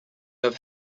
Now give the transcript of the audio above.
have